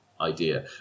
idea